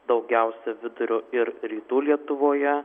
daugiausia vidurio ir rytų lietuvoje